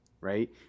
Right